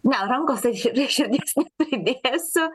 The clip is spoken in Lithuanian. ne rankos tai aš prie širdies nepridėsiu